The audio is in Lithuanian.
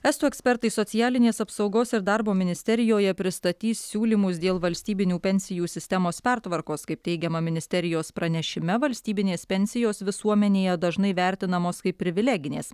estų ekspertai socialinės apsaugos ir darbo ministerijoje pristatys siūlymus dėl valstybinių pensijų sistemos pertvarkos kaip teigiama ministerijos pranešime valstybinės pensijos visuomenėje dažnai vertinamos kaip privileginės